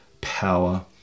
power